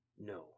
No